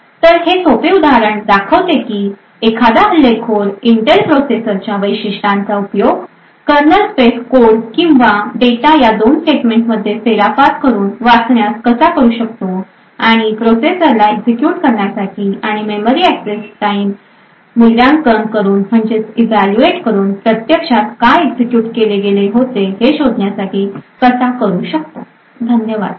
तर हे सोपे उदाहरण दाखवते कि एखादा हल्लेखोर इंटेल प्रोसेसरच्या वैशिष्ट्यांचा उपयोग कर्नल स्पेस कोड किंवा डेटा या दोन स्टेटमेंट मध्ये फेरफार करून वाचण्यास कसा करू शकतो आणि प्रोसेसरला एक्झिक्युट करण्यासाठी आणि मेमरी एक्सस टाईम evaluate करून प्रत्यक्षात काय एक्झिक्युट केले गेले होते हे ह्या शोधण्यासाठी कसा करू शकतो धन्यवाद